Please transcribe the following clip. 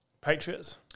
Patriots